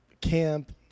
camp